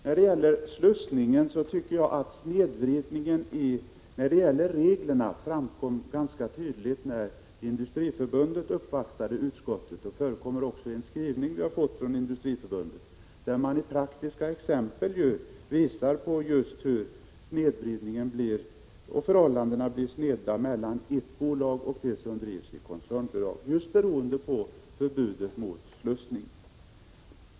Vad gäller slussningen tycker jag att snedvridningen i reglerna framkom ganska tydligt när Industriförbundet uppvaktade utskottet. Den framgår också av en skrivelse som vi har fått från Industriförbundet, där man med praktiska exempel visar hur snett det blir mellan ett icke koncernbolag å ena sidan och ett koncernbolag å andra sidan — just beroende på förbudet mot slussning.